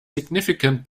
significant